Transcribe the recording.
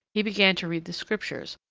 he began to read the scriptures,